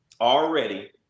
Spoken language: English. already